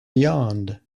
beyond